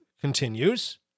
continues